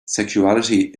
sexuality